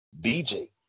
BJ